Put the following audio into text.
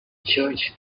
church